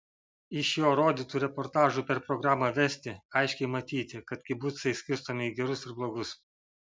iš jo rodytų reportažų per programą vesti aiškiai matyti kad kibucai skirstomi į gerus ir blogus